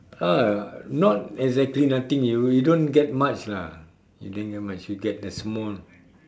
uh not exactly nothing you you don't get much lah you don't get much you get the small